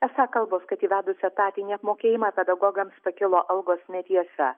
esą kalbos kad įvedus etatinį apmokėjimą pedagogams pakilo algos netiesa